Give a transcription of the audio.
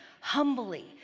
humbly